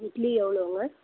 இட்லி எவ்வளோங்க